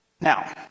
Now